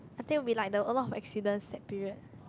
that'll be like the a lot of accidents that period